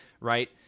right